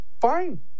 fine